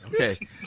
okay